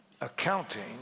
accounting